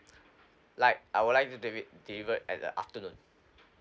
like I would like that deli~ delivered at the afternoon